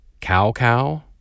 cow-cow